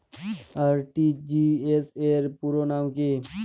RTGS র পুরো নাম কি?